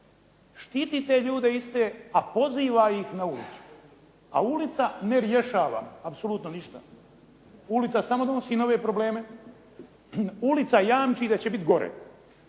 štiti te ljude iste, a poziva ih na ulicu, a ulica ne rješava apsolutno ništa. Ulica samo donosi nove probleme. Ulica jamči da će biti gore.